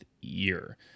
year